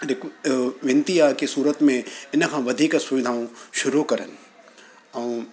हिकु विनती आहे की सूरत में इनखां वधीक सुविधाऊं शुरू कनि ऐं